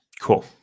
Cool